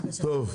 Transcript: הסתייגויות.